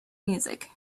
music